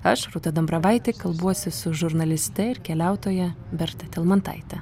aš rūta dambravaitė kalbuosi su žurnaliste ir keliautoja berta talmantaite